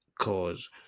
cause